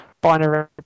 binary